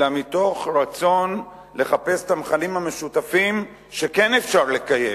אלא מתוך רצון לחפש את המכנים המשותפים שכן אפשר לקיים,